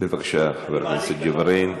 בבקשה, חבר הכנסת ג'בארין.